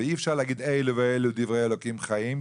ואי אפשר להגיד אלו ואלו דברי אלוקים חיים,